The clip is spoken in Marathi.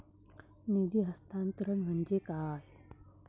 निधी हस्तांतरण म्हणजे काय?